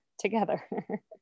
Together